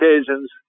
occasions